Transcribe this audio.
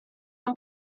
non